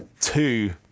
two